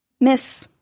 Miss